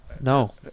No